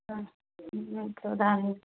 ఇంకో దానికి